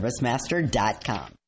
ServiceMaster.com